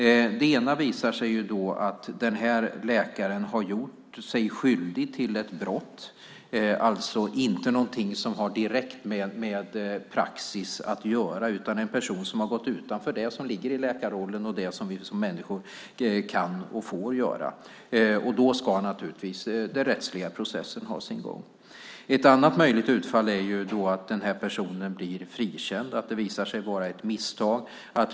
I ett utfall visar det sig att läkaren har gjort sig skyldig till ett brott. Det är alltså inte någonting som har direkt med praxis att göra, utan det är en person som har gått utanför det som ligger i läkarrollen och det som vi som människor kan och får göra. Då ska naturligtvis den rättsliga processen ha sin gång. Ett andra möjligt utfall är att personen blir frikänd, att det visar sig vara ett misstag.